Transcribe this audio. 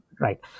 Right